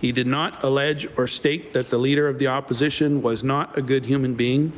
he did not allege or state that the leader of the opposition was not a good human being